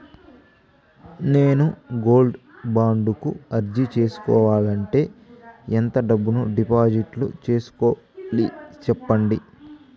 నేను gold bond కు అర్జీ సేసుకోవాలంటే ఎంత డబ్బును డిపాజిట్లు సేసుకోవాలి సెప్పండి